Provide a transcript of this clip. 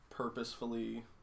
purposefully